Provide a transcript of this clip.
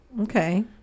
okay